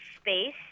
space